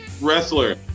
wrestler